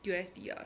U_S_D lah